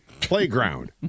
playground